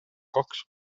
kaks